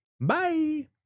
Bye